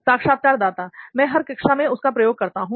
साक्षात्कारदाता मैं हर कक्षा में उसका प्रयोग करता हूं